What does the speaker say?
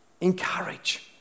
Encourage